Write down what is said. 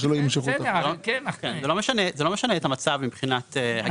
שלא ימשכו --- זה לא משנה את המצב מבחינת ---.